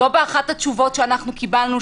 לא באחת התשובות שקיבלנו,